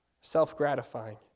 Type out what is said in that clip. self-gratifying